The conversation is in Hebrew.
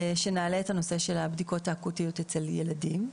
שנעלה את הנושא של הבדיקות האקוטיות אצל ילדים.